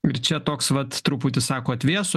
ir čia toks vat truputį sako atvėso